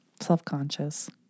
Self-conscious